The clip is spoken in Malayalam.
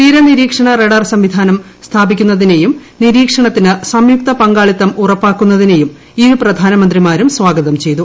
തീര റഡാർ നിരീക്ഷണ സംവിധാനം സ്ഥാപിക്കുന്നതിനെയും നിരീക്ഷണത്തിന് സംയുക്ത പങ്കാളിത്തം ഉറപ്പാക്കുന്നതിനേയും ഇരു പ്രധാനമന്ത്രിമാരും സ്വാഗതം ചെയ്തു